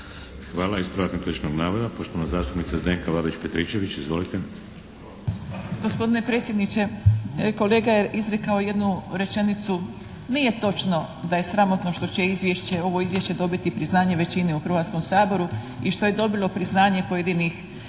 Hvala. Ispravak netočnog navoda poštovana zastupnica Zdenka Babić-Petričević. Izvolite! **Babić-Petričević, Zdenka (HDZ)** Gospodine predsjedniče, kolega je izrekao jednu rečenicu. Nije točno da je sramotno što će ovo izvješće dobiti priznanje većine u Hrvatskom saboru i što je dobilo priznanje pojedinih